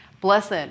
Blessed